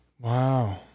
Wow